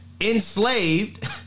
enslaved